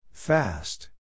Fast